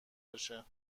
باشه